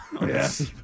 Yes